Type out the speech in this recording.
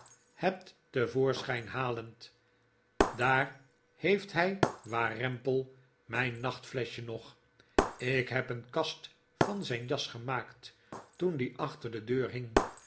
het te voorschijn halend daar heeft hij warempel mijn nachtfleschje nog ik heb een kastje van zijn jas gemaakt toen die achter de deur hing